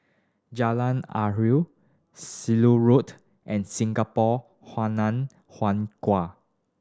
Jalan Harum Ceylon Road and Singapore Hainan Hwee Kuan